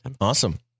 Awesome